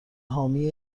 حامی